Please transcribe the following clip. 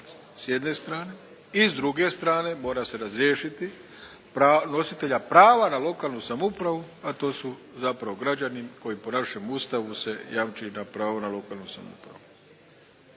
s jedne strane i s druge strane mora se razriješiti nositelja prava na lokalnu samoupravu, a to su zapravo građani kojim po našem Ustavu se jamči pravo na lokalnu samoupravu.